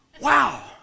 Wow